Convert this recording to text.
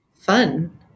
Fun